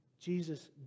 Jesus